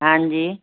हांजी